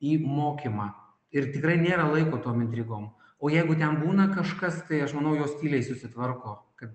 į mokymą ir tikrai nėra laiko tom intrigom o jeigu ten būna kažkas tai aš manau jos tyliai susitvarko kad